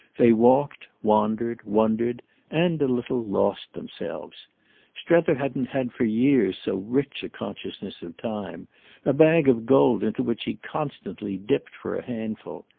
they walked, wandered, wondered and, a little, lost themselves strether hadn't had for years so rich a consciousness of time a bag of gold into which he constantly dipped for a handful.